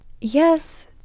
yes